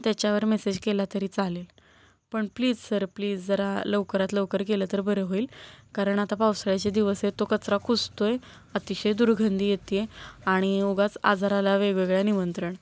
त्याच्यावर मेसेज केला तरी चालेल पण प्लीज सर प्लीज जरा लवकरात लवकर केलं तर बरं होईल कारण आता पावसाळ्याचे दिवस आहे तो कचरा कुजतो आहे अतिशय दुर्गंधी येते आहे आणि उगाच आजाराला वेगवेगळ्या निमंत्रण